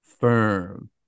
firm